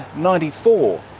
ninety four,